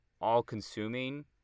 all-consuming